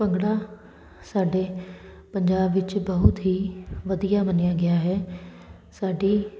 ਭੰਗੜਾ ਸਾਡੇ ਪੰਜਾਬ ਵਿੱਚ ਬਹੁਤ ਹੀ ਵਧੀਆ ਮੰਨਿਆ ਗਿਆ ਹੈ ਸਾਡੀ